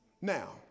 Now